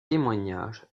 témoignages